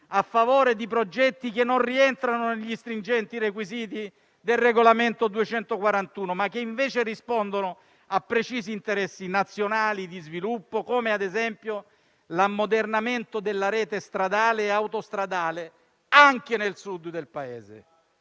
a favore di progetti che non rientrano negli stringenti requisiti del regolamento UE/2021/241, ma che rispondono invece a precisi interessi nazionali di sviluppo come, ad esempio, l'ammodernamento della rete stradale e autostradale anche nel Sud del Paese.